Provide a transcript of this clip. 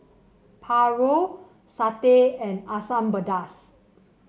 paru satay and Asam Pedas